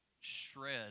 shred